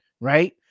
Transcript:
Right